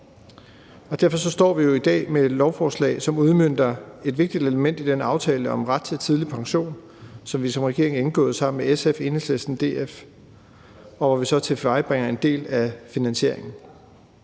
Derfor står vi i dag med et lovforslag, som udmønter et vigtigt element i den aftale om ret til tidlig pension, som vi som regering har indgået med SF, Enhedslisten og DF, hvor vi så nu tilvejebringer en del af finansieringen.